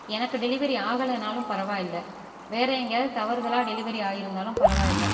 எனக்கு டெலிவரி ஆகலைனாலும் பரவாயில்ல வேறு எங்கேயாவது தவறுதலாக டெலிவரி ஆகிருந்தாலும் பரவாயில்லை